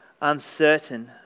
uncertain